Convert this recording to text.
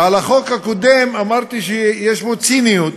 ועל החוק הקודם אמרתי שיש בו ציניות,